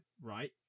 right